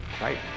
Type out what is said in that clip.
Right